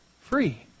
Free